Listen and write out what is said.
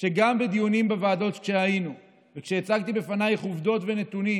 וגם כשהיינו בדיונים בוועדות וכשהצגתי בפנייך עובדות ונתונים